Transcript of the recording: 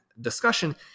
discussion